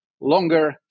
Longer